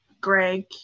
Greg